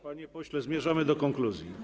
Panie pośle, zmierzamy do konkluzji.